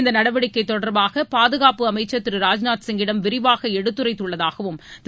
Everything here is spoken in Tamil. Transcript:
இந்த நடவடிக்கை தொடர்பாக பாதுகாப்பு அமைச்சர் திரு ராஜ்நாத் சிங்கிடம் விரிவாக எடுத்துரைத்துள்ளதாகவும் திரு